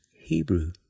Hebrew